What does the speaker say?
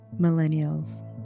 millennials